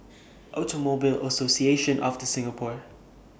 Automobile Association of The Singapore